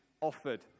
offered